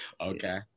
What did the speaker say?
okay